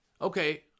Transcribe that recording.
Okay